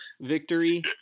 victory